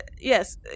Yes